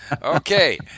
Okay